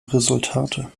resultate